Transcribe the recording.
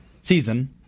Season